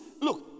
look